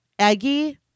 Eggie